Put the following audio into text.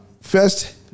first